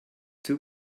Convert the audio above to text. two